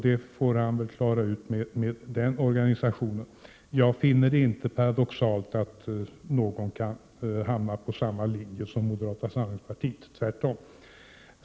Det får han väl klara ut med den organisationen. Jag finner det inte paradoxalt att någon kan hamna på samma linje som moderata samlingspartiet, tvärtom.